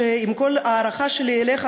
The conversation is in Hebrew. שעם כל ההערכה שלי אליך,